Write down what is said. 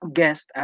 guest